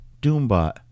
Doombot